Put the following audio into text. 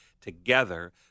together